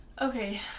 Okay